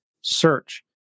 search